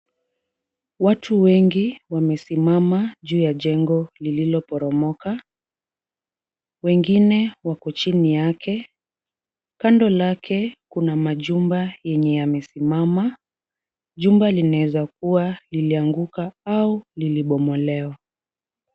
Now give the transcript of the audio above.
Watu wengi wamesimama juu ya jengo lililoporomoka. Wengine wako chini yake. Kando lake, kuna majumba yenye yamesimama. Jumba linaweza kuwa lilianguka au lilibomolewa.